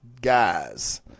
guys